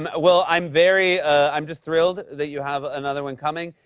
and well, i'm very i'm just thrilled that you have another one coming.